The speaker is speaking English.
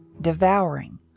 devouring